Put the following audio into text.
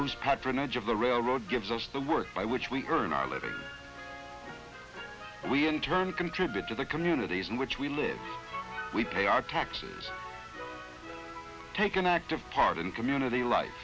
whose patronage of the railroad gives us the work by which we earn our living we in turn contribute to the communities in which we live we pay our taxes take an active part in community life